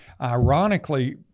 Ironically